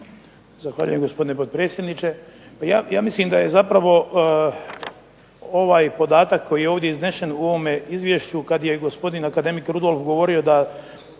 Zahvaljujem gospodine potpredsjedniče. Pa ja mislim da je zapravo ovaj podatak koji je ovdje iznešen u ovom izvješću kada je gospodin akademik Rudolf govorio da